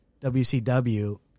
WCW